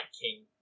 king